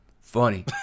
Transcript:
funny